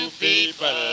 people